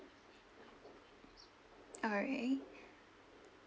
alright